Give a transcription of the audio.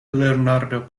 leonardo